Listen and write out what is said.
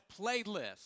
playlist